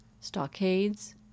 stockades